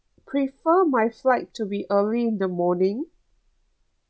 prefer my flight to be early in the morning